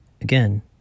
again